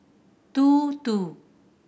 two two